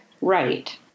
Right